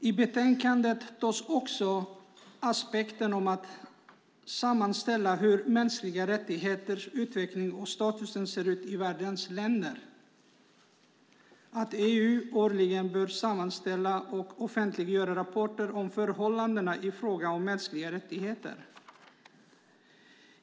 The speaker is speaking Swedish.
I utlåtandet tar man också upp frågan att sammanställa hur utvecklingen av mänskliga rättigheter och statusen ser ut i världens länder och att EU årligen bör sammanställa och offentliggöra rapporter om förhållandena i fråga om de mänskliga rättigheterna.